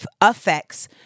affects